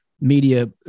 media